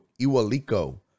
Iwaliko